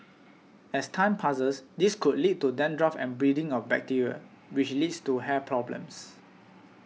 as time passes this could lead to dandruff and breeding of bacteria which leads to hair problems